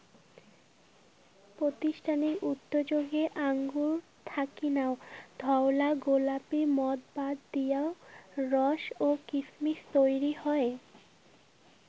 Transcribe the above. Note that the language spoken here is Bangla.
প্রাতিষ্ঠানিক উতোযোগে আঙুর থাকি নাল, ধওলা, গোলাপী মদ বাদ দিয়াও রস ও কিসমিস তৈয়ার হয়